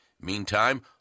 Meantime